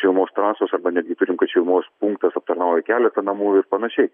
šilumos trasos arba netgi turim kad šilumos punktas aptarnauja keletą namų ir panašiai